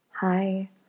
Hi